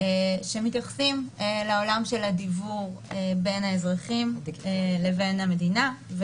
שמתייחסות לעולם של הדיוור בין האזרחים לבין המדינה.